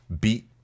beat